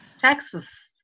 Texas